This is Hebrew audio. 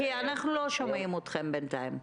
כי אנחנו לא שומעים אתכם בינתיים.